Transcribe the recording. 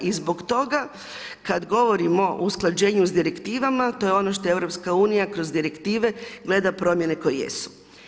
I zbog toga kada govorimo o usklađenju s direktivama, to je ono što EU kroz direktive gleda promjene koje jesu.